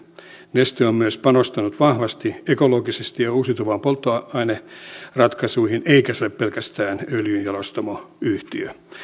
neste on myös panostanut vahvasti ekologisesti ja uusiutuvan polttoaineratkaisuihin eikä se ole pelkästään öljynjalostamoyhtiö